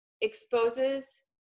exposes